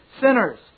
sinners